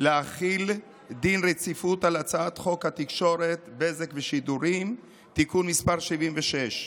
להחיל דין רציפות על הצעת חוק התקשורת (בזק ושידורים) (תיקון מס' 76)